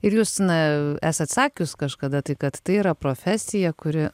ir jūs na esat sakius kažkada tai kad tai yra profesija kuri